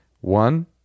one